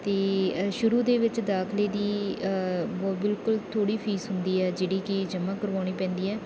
ਅਤੇ ਸ਼ੁਰੂ ਦੇ ਵਿੱਚ ਦਾਖਲੇ ਦੀ ਬ ਬਿਲਕੁਲ ਥੋੜ੍ਹੀ ਫੀਸ ਹੁੰਦੀ ਆ ਜਿਹੜੀ ਕਿ ਜਮਾਂ ਕਰਵਾਉਣੀ ਪੈਂਦੀ ਹੈ